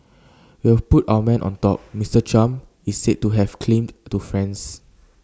we have put our man on top Mister Trump is said to have claimed to friends